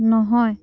নহয়